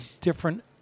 different